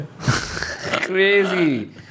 Crazy